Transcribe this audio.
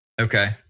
okay